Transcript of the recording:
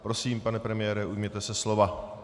Prosím, pane premiére, ujměte se slova.